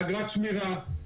אגרת שמירה,